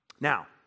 Now